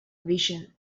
vision